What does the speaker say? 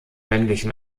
männlichen